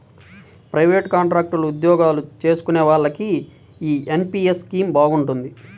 private, contract ఉద్యోగాలు చేసుకునే వాళ్లకి యీ ఎన్.పి.యస్ స్కీమ్ బాగుంటది